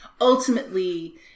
ultimately